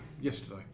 yesterday